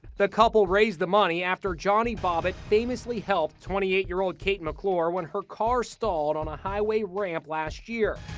the couple raised the money after johnny bobbitt famously helped twenty eight year old kate mcclure when her car stalled on a highway ramp last year.